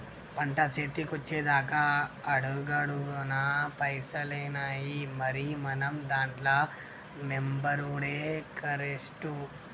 పంట సేతికొచ్చెదాక అడుగడుగున పైసలేనాయె, మరి మనం దాంట్ల మెంబరవుడే కరెస్టు